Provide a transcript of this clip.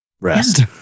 Rest